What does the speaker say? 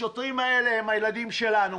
השוטרים האלה הם הילדים שלנו,